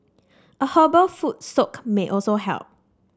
a herbal foot soak may also help